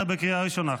אתה בקריאה ראשונה.